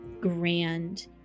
grand